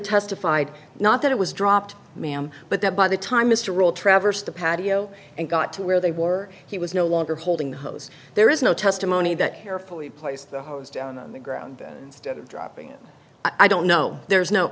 testified not that it was dropped ma'am but that by the time mr old traversed the patio and got to where they were he was no longer holding the hose there is no testimony that carefully placed the hose down on the ground instead of dropping it i don't know there's no